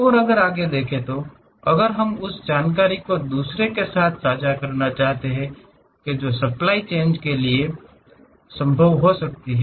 और आगे अगर हम उस जानकारी को दूसरों के साथ साझा करना चाहते हैं जो सप्लाइ चेएन के लिए भी संभव हो सकती है